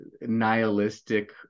nihilistic